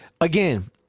again